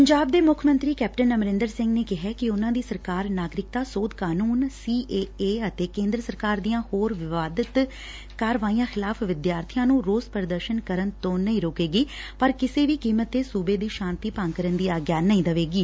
ਪੰਜਾਬ ਦੇ ਮੁੱਖ ਮੰਤਰੀ ਕੈਪਟਨ ਅਮਰਿੰਦਰ ਸਿੰਘ ਨੇ ਕਿਹਾ ਕਿ ਉਨੁਾਂ ਦੀ ਸਰਕਾਰ ਨਾਗਰਿਕਤਾ ਸੋਧ ਕਾਨੂੰਨ ਸੀਏਏ ਅਤੇ ਕੇਂਦਰ ਸਰਕਾਰ ਦੀਆਂ ਹੋਰ ਵਿਵਾਦਤ ਕਾਰਵਾਈਆਂ ਖਿਲਾਫ ਵਿਦਿਆਰਥੀਆਂ ਨੂੰ ਰੋਸ ਪ੍ਰਦਰਸ਼ਨ ਕਰਨ ਤੋਂ ਨਹੀ ਰੋਕੇਗੀ ਪਰ ਕਿਸੇ ਵੀ ਕੀਮਤ 'ਤੇ ਸੁਬੇ ਦੀ ਸਾਂਤੀ ਭੰਗ ਕਰਨ ਦੀ ਆਗਿਆ ਨਹੀ ਦੇਵੇਗੀ